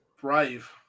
brave